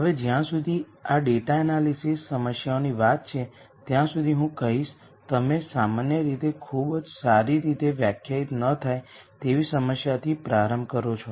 હવે જ્યાં સુધી આ ડેટા એનાલિસિસ સમસ્યાઓની વાત છે ત્યાં સુધી હું કહીશ તમે સામાન્ય રીતેખૂબ જ સારી રીતે વ્યાખ્યાયિત ન થાય તેવી સમસ્યાથી પ્રારંભ કરો છો